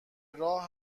راه